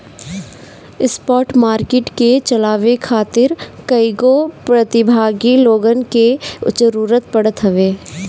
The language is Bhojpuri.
स्पॉट मार्किट के चलावे खातिर कईगो प्रतिभागी लोगन के जरूतर पड़त हवे